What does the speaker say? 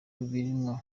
birimo